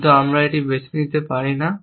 কিন্তু আমরা এটি বেছে নিতে পারি না